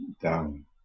down